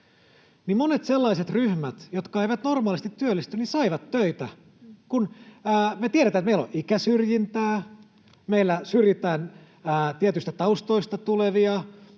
voidaan palata tähän — jotka eivät normaalisti työllisty, saivat töitä. Me tiedetään, että meillä on ikäsyrjintää, meillä syrjitään tietyistä taustoista tulevia,